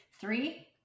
Three